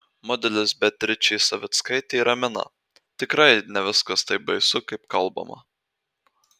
modelis beatričė savickaitė ramina tikrai ne viskas taip baisu kaip kalbama